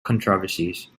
controversies